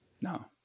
No